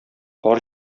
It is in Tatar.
кар